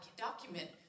document